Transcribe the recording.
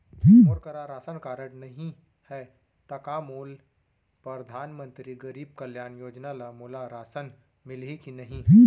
मोर करा ration card नहीं है त का मोल परधानमंतरी गरीब कल्याण योजना ल मोला राशन मिलही कि नहीं?